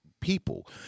people